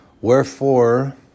Wherefore